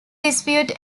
dispute